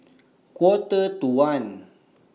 Quarter to one